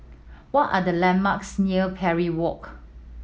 what are the landmarks near Parry Walk